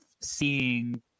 seeing